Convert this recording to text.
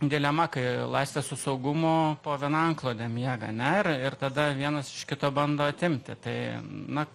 dilema kai laisvė su saugumu po viena antklode miega ane ir ir tada vienas iš kito bando atimti tai na